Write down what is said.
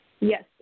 Yes